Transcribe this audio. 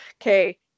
Okay